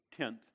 tenth